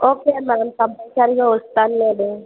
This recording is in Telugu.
ఓకే మ్యామ్ కంపల్సరిగా వస్తాను నేను